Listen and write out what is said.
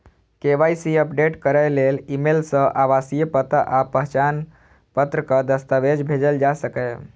KYC update करै लेल email सं आवासीय पता आ पहचान पत्रक दस्तावेज भेजल जा सकैए